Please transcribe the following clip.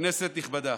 כנסת נכבדה,